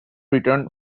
return